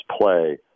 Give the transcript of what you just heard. play